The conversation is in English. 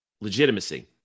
Legitimacy